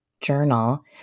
journal